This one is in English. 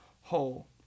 whole